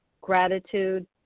gratitude